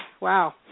Wow